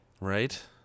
Right